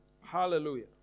Hallelujah